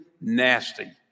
nasty